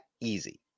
easy